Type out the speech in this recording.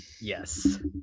yes